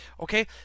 okay